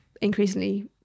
increasingly